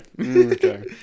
Okay